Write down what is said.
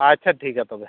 ᱟᱪᱪᱷᱟ ᱴᱷᱤᱠ ᱜᱮᱭᱟ ᱛᱚᱵᱮ